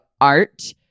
art